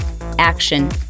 action